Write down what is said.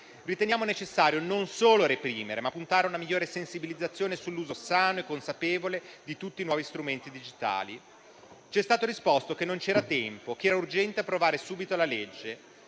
Riteniamo necessario non solo reprimere, ma puntare ad una migliore sensibilizzazione sull'uso sano e consapevole di tutti i nuovi strumenti digitali. C'è stato risposto che non c'era tempo e che era urgente approvare subito la legge,